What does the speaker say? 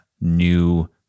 new